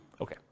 Okay